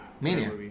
mania